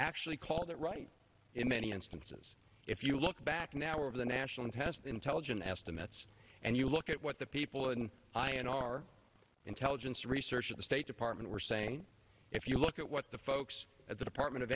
actually call that right in many instances if you look back now were of the national test intelligence estimates and you look at what the people and i in our intelligence research at the state department were saying if you look at what the folks at the department of